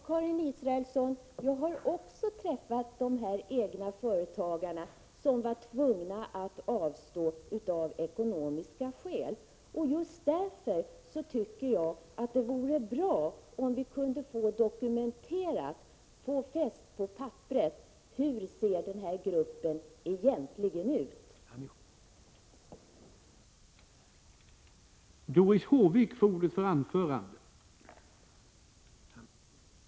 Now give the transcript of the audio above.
Herr talman! Jag har också, Karin Israelsson, träffat egenföretagare som varit tvungna att avstå av ekonomiska skäl. Just därför tycker jag att det vore bra om vi kunde få fäst på papperet hur den här gruppen egentligen ser ut.